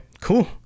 cool